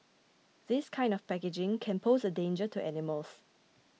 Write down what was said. this kind of packaging can pose a danger to animals